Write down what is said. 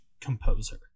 composer